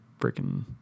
freaking